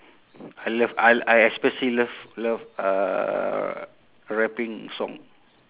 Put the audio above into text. I love I I especially love love uh rapping song